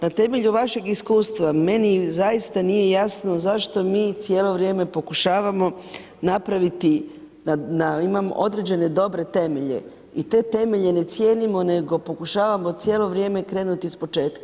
Na temelju vašeg iskustva meni zaista nije jasno zašto mi cijelo vrijeme pokušavamo napraviti, imamo određene dobre temelje i te temelje ne cijenimo, nego pokušavamo cijelo vrijeme krenuti ispočetka.